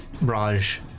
Raj